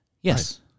yes